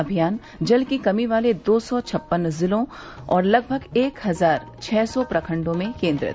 अभियान जल की कमी वाले दो सौ छप्पन जिलों और लगभग एक हजार छह सौ प्रखंडों में केंद्रित